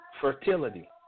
fertility